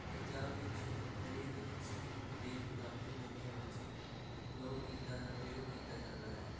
ਪੰਜਾਬ ਵਿੱਚ ਹਰੇਕ ਖੁਸ਼ੀ ਅਤੇ ਗਮ ਦੇ ਮੌਕਿਆਂ ਵਿੱਚ ਲੋਕ ਗੀਤਾਂ ਦਾ ਪ੍ਰਯੋਗ ਕੀਤਾ ਜਾਂਦਾ ਹੈ